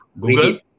Google